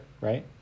right